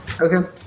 Okay